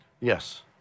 Yes